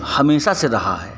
हमेशा से रहा है